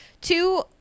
two